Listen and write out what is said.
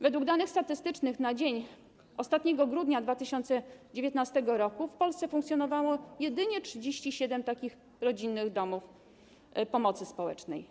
Według danych statystycznych na ostatni dzień grudnia 2019 r. w Polsce funkcjonowało jedynie 37 takich rodzinnych domów pomocy społecznej.